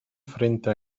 frente